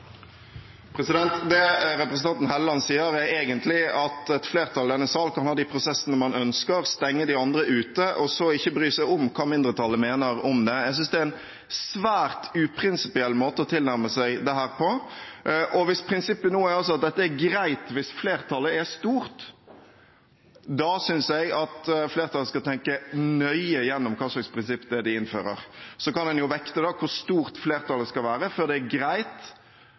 Det representanten Trond Helleland sier, er egentlig at et flertall i denne sal kan ha de prosessene man ønsker, stenge de andre ute og så ikke bry seg om hva mindretallet mener om det. Jeg synes det er en svært uprinsipiell måte å tilnærme seg dette på. Hvis prinsippet nå er at dette er greit hvis flertallet er stort, da synes jeg at flertallet skal tenke nøye gjennom hva slags prinsipp det er de innfører. Så kan en jo vekte hvor stort flertallet skal være før det er greit